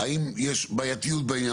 האם יש בעייתיות בעניין?